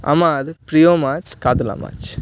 আমার প্রিয় মাছ কাতলা মাছ